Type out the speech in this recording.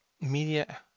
Media